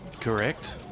Correct